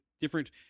different